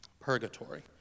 purgatory